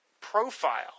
profile